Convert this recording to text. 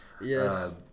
Yes